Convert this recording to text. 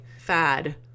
fad